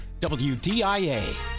WDIA